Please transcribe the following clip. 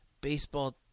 baseball